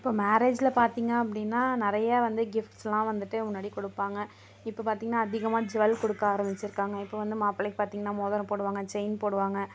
இப்போது மேரேஜில் பார்த்திங்க அப்படினா நிறைய வந்து கிஃப்ட்ஸ்லாம் வந்துட்டு முன்னாடி கொடுப்பாங்க இப்போ பார்த்திங்ன்னா அதிகமாக ஜ்வல் ப் கொடுக்க ஆரம்பிச்சுருக்காங்க இப்போ வந்து மாப்ளைக்கு பார்த்திங்ன்னா மோதிரம் போடுவாங்க செயின் போடுவாங்க